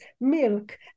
milk